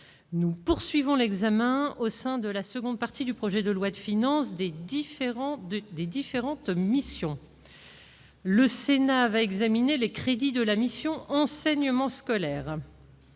Nous poursuivons l'examen, au sein de la seconde partie du projet de loi de finances, des différentes missions. Le Sénat va examiner les crédits de la mission « Enseignement scolaire ».